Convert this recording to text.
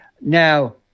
Now